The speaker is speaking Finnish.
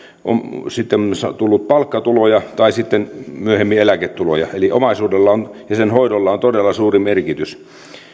sitten on tullut palkkatuloja tai sitten myöhemmin eläketuloja eli omaisuudella ja sen hoidolla on todella suuri merkitys